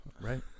Right